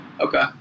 Okay